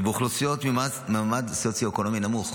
ובאוכלוסיות ממעמד סוציו-אקונומי נמוך,